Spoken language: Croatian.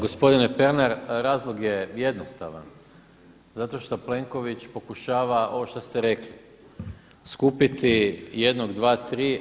Gospodine Pernar, razlog je jednostavan zato što Plenković pokušava ovo što ste rekli skupiti jednog, dva, tri.